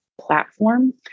platform